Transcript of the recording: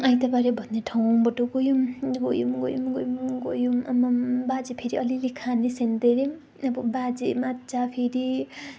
आइतबारे भन्ने ठाउँबाट गयौँ गयौँ गयौँ गयौँ गयौँ आम्माम बाजे फेरि अलिअलि खाने सेन्तेरियम अब बाजे मात्छ फेरि